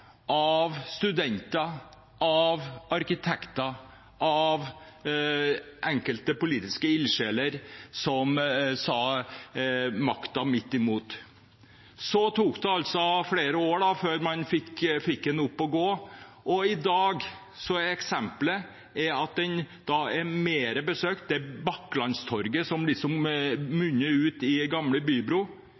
av studenter, arkitekter og enkelte politiske ildsjeler som sa makten midt imot. Så tok det flere år før man fikk det opp å gå. I dag er Bakklandstorget, som munner ut ved Gamle Bybro, mer besøkt enn torget i selve Midtbyen. Det forteller at det er opplevelser og bruk som